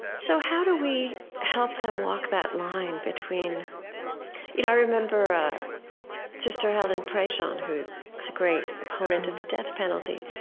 so how do we help them walk that line between you know i remember sister helen prejean, who is a great opponent of the death penalty,